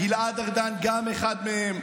גם גלעד ארדן אחד מהם.